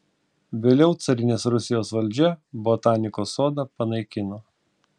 vėliau carinės rusijos valdžia botanikos sodą panaikino